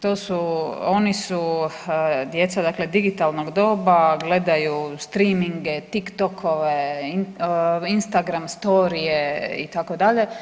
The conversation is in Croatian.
To su, oni su djeca dakle digitalnog doba gledaju streaminge, tik tokove, instagram, storye itd.